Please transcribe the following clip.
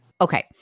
Okay